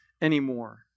anymore